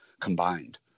combined